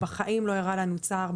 בחיים לא הראה לנו צער,